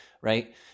right